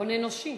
הון אנושי.